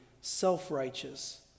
self-righteous